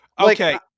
Okay